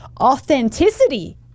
authenticity